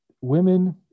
women